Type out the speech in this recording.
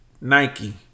Nike